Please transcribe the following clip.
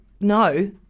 no